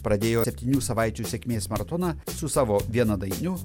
pradėjo septynių savaičių sėkmės maratoną su savo vienadainiu